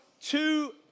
two